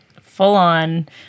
full-on